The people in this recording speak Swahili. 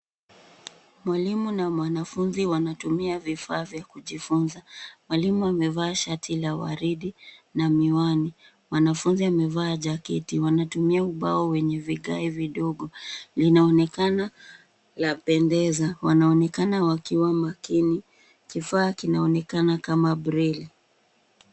Mwalimu na mwanafunzi wanatumia vifaaa vya kujifunza. Mwalimu amevaa shati la waridi na miwani. Mwanafunzi amevaa jaketi. Wanatumia ubao wenye vigae vidogo, linaonekana lapendeza, wanaonekana wakiwa makini. Kifaa kinaonekana kama braille .